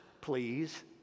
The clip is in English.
please